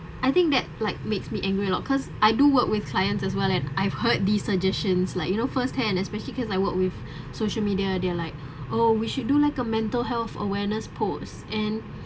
I think that like makes me angry a lot because I do work with clients as well and I've heard these suggestions like you know first hand especially because I work with social media they're like oh we should do like a mental health awareness post and